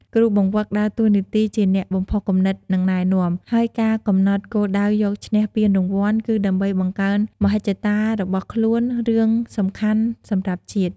គ្រូបង្វឹកដើរតួនាទីជាអ្នកបំផុសគំនិត និងណែនាំ ហើយការកំណត់គោលដៅយកឈ្នះពានរង្វាន់ គឺដើម្បីបង្កើនមហិច្ឆតារបស់ខ្លួនរឿងសំខាន់សម្រាប់ជាតិ។